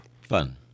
Fun